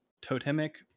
totemic